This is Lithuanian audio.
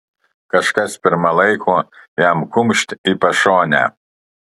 kažkas pirma laiko jam kumšt į pašonę